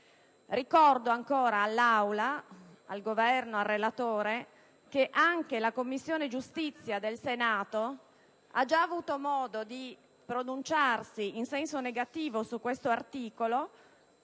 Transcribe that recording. Ricordo ancora all'Aula, al Governo e al relatore che anche la Commissione giustizia del Senato ha già avuto modo di pronunciarsi in sede consultiva in senso negativo su questo articolo